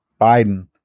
Biden